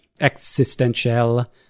existential